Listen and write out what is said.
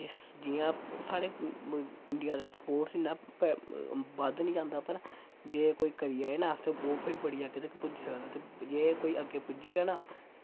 जिस जियां साढ़े इंडिया दा स्पोर्टस इ'न्ना बद्ध नी जंदा पर जे कोई करी जाए ना ते ओह् फिर बड़ी अग्गें तक पुज्जी सकदा ते जे कोई अग्गे पुज्जी जा ना